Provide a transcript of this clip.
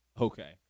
Okay